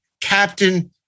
Captain